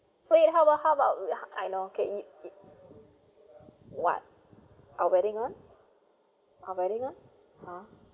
wait how about how about you I know okay it it what our wedding one our wedding one ha